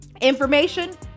information